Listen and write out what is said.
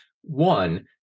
One